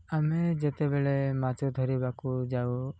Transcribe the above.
ଆମେ ଯେତେବେଳେ ମାଛ ଧରିବାକୁ ଯାଉ